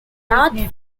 north